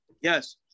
Yes